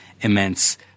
immense